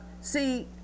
see